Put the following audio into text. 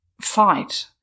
fight